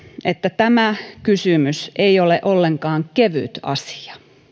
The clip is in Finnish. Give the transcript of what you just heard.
että tämä kysymys ei ole ollenkaan kevyt asia